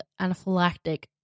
anaphylactic